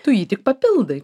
tu jį tik papildai